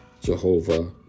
Jehovah